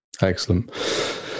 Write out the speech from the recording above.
excellent